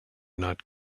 not